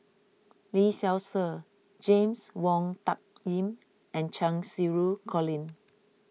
Lee Seow Ser James Wong Tuck Yim and Cheng Xinru Colin